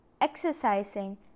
Exercising